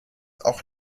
auch